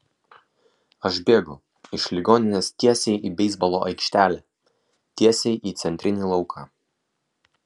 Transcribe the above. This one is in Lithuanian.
aš bėgu iš ligoninės tiesiai į beisbolo aikštelę tiesiai į centrinį lauką